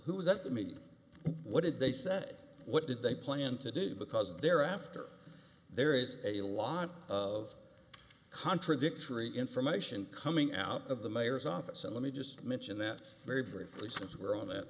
who was at the meet what did they said what did they plan to do because there after there is a lot of contradictory information coming out of the mayor's office and let me just mention that very briefly since we're on that